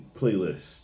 playlist